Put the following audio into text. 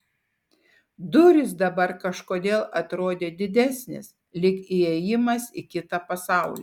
durys dabar kažkodėl atrodė didesnės lyg įėjimas į kitą pasaulį